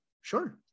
Sure